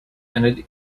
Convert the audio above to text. ended